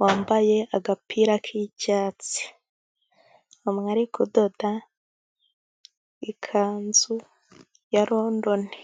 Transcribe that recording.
wambaye agapira k'icyatsi. Umwe ari kudoda ikanzu ya Rondoni.